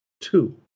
two